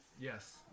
Yes